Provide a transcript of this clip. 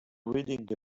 reading